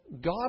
God